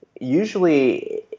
usually